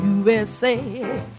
USA